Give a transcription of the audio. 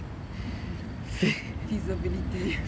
feasibility